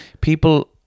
people